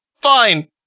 Fine